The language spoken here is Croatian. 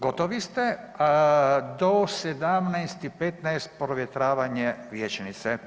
Gotovi ste, do 17 i 15 provjetravanje vijećnice.